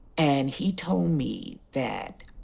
and he told me that.